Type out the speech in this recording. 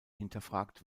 hinterfragt